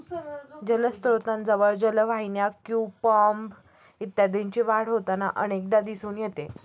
जलस्त्रोतांजवळ जलवाहिन्या, क्युम्पॉर्ब इत्यादींची वाढ होताना अनेकदा दिसून येते